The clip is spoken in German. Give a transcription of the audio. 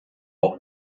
auch